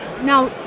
now